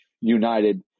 United